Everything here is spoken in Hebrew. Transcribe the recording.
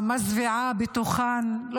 המזוויעה שבהן,